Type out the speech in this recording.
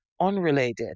unrelated